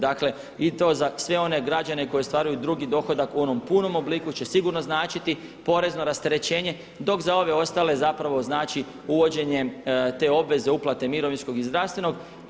Dakle i to za sve one građane koji ostvaruju drugi dohodak u onom punom obliku će sigurno značiti porezno rasterećenje dok za ove ostale zapravo znači uvođenje te obveze uplate mirovinskog i zdravstvenog.